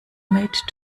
made